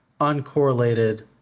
uncorrelated